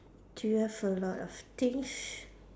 do you have a lot of things